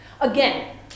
Again